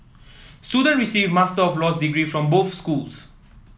student receive Master of Laws degree from both schools